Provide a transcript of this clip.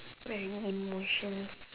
very emotions